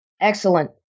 Excellent